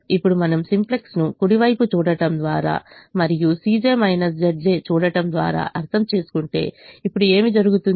ఇప్పుడు మనం సింప్లెక్స్ను కుడి వైపు చూడటం ద్వారా మరియు చూడటం ద్వారా అర్థం చేసుకుంటే ఇప్పుడు ఏమి జరుగుతుంది